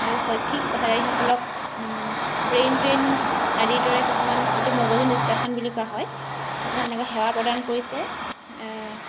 আৰু শৈক্ষিক সকলক ব্ৰেইন ড্ৰেইন আদিৰ দৰে যিটো মগজু নিষ্কাষণ বুলি কোৱা হয় কিছুমান এনেকুৱা সেৱা প্ৰদান কৰিছে